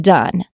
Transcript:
Done